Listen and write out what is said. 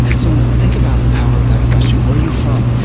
so think about the power of that question, where are you from?